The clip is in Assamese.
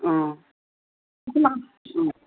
অ